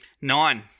Nine